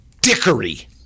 dickery